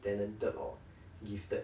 talented or gifted